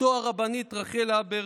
אשתו הרבנית רחל הבר,